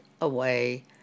away